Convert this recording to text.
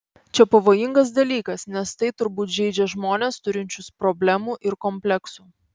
čia pavojingas dalykas nes tai turbūt žeidžia žmones turinčius problemų ir kompleksų